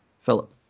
Philip